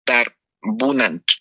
dar būnant